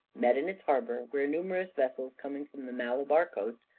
met in its harbour, where numerous vessels coming from the malabar coast,